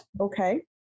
okay